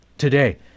today